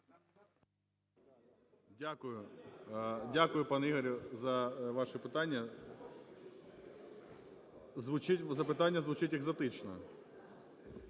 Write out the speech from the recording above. Дякую, пане Ігорю, за ваше питання. Запитання звучить екзотично.